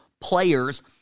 players